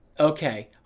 Okay